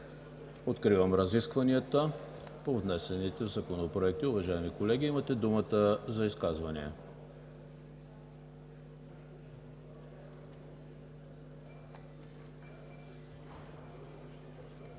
Откривам разискванията по внесените законопроекти. Уважаеми колеги, имате думата за изказвания.